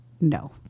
No